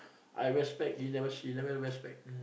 I respect he she never wear spec